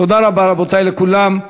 תודה רבה, רבותי, לכולם.